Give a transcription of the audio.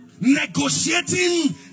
negotiating